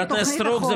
חברת הכנסת סטרוק,